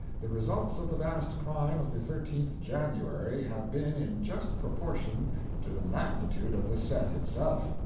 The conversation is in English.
the results of the vast crime of the thirteenth january have been in just proportion to the magnitude of the set itself.